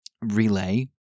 relay